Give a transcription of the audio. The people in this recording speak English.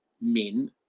men